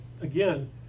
again